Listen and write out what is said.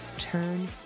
Turn